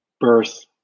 birth